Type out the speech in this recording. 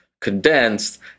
condensed